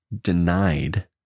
denied